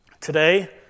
Today